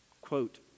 quote